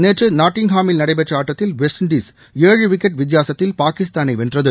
நேற்றுநாட்டிங்காமில் நடைபெற்றஆட்டத்தில் West Indies ஏழு wicket வித்தியாசத்தில் பாகிஸ்தானைவென்றது